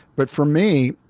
but for me,